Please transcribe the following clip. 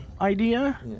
idea